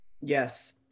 Yes